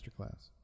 Masterclass